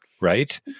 right